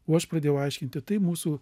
o aš pradėjau aiškinti tai mūsų